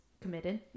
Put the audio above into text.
committed